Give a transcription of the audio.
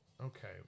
Okay